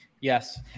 Yes